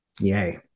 Yay